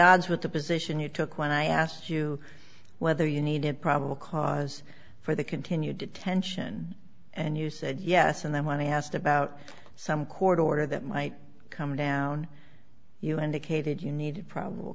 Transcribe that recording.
odds with the position you took when i asked you whether you needed probable cause for the continued detention and you said yes and then when i asked about some court order that might come down you indicated you needed probable